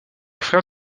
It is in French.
frère